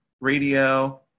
radio